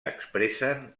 expressen